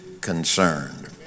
concerned